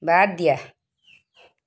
বাদ দিয়া